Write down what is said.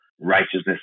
righteousness